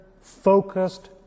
focused